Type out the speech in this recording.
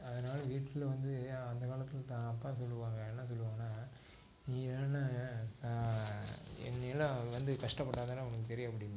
அதனால் வீட்டில் வந்து அந்தக் காலத்தில் தான் அப்பா சொல்லுவாங்க என்ன சொல்லுவாங்கன்னால் நீ வேண்ணால் நீயெல்லாம் வந்து கஷ்டப்பட்டாதானே உனக்கு தெரியும் அப்படின்பாங்க